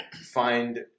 find